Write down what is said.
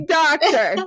doctor